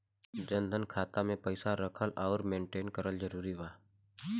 जनधन खाता मे पईसा रखल आउर मेंटेन करल जरूरी बा?